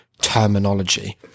terminology